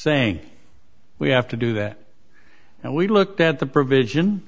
saying we have to do that and we looked at the provision